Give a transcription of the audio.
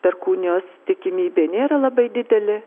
perkūnijos tikimybė nėra labai didelė